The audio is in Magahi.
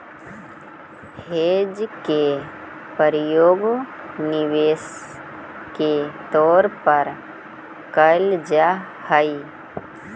हेज के प्रयोग निवेश के तौर पर कैल जा हई